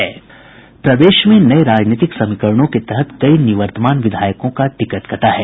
प्रदेश में नये राजनीतिक समीकरणों के तहत कई निवर्तमान विधायकों का टिकट कटा है